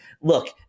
look